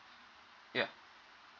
ya